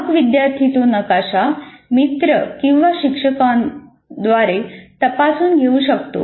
मग विद्यार्थी तो नकाशा मित्र किंवा शिक्षकांद्वारे तपासून घेऊ शकतो